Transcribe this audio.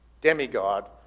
demigod